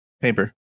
Paper